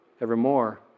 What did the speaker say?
evermore